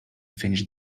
finish